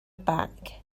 back